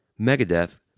Megadeth